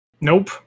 Nope